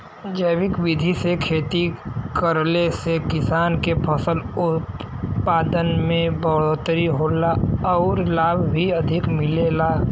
जैविक विधि से खेती करले से किसान के फसल उत्पादन में बढ़ोतरी होला आउर लाभ भी अधिक मिलेला